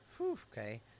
Okay